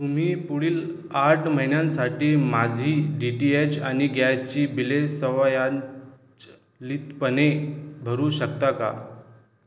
तुम्ही पुढील आठ महिन्यांसाठी माझी डी टी एच आणि गॅस ची बिले स्वयंचलितपणे भरू शकता का